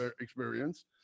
experience